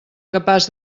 capaç